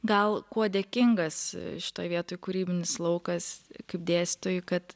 gal kuo dėkingas šitoj vietoj kūrybinis laukas kaip dėstytojui kad